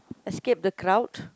escape the crowd